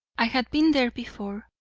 i had been there before.